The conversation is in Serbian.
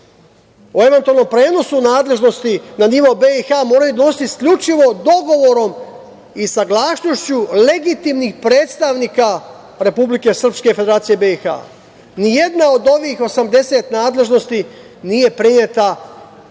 o eventualnom prenosu nadležnosti na nivo BiH moraju donositi isključivo dogovorom i saglasnošću legitimnih predstavnika Republike Srpske Federacije BiH. Ni jedna od ovih 80 nadležnosti nije preneta u